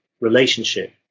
relationship